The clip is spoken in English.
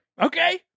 Okay